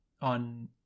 on